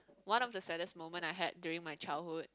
one of the saddest moment I had during my childhood